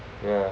ya